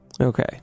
Okay